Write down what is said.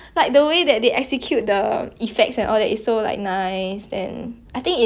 ya ya ya ya something like that